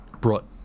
brought